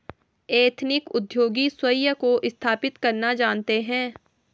ethnic उद्योगी स्वयं को स्थापित करना जानते हैं